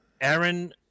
Aaron